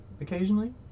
occasionally